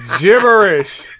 Gibberish